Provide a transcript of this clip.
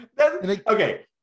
Okay